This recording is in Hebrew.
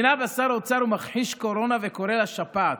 זו מדינה שבה שר האוצר הוא מכחיש קורונה וקורא לה שפעת,